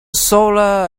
solar